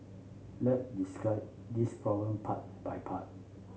let's this problem part by part